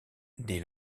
dès